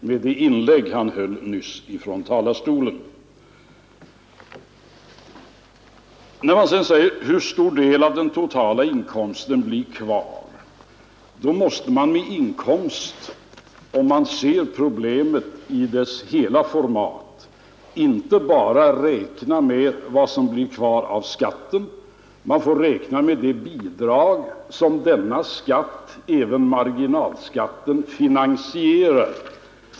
Man måste då, om man ser problemet i dess hela format, inte bara räkna med vad som blir kvar efter skatt, utan också med de bidrag som denna skatt, även marginalskatten, finansierar.